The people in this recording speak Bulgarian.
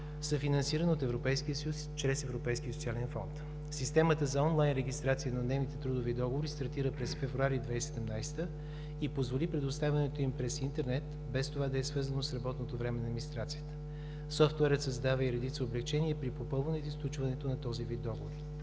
съфинансирана от Европейския съюз чрез Европейския социален фонд. Системата за онлайн регистрация на еднодневните трудови договори стартира през февруари 2017 г. и позволи предоставянето им през интернет, без това да е свързано с работното време на администрацията. Софтуерът създава и редица облекчения и при попълване или сключването на този вид договор.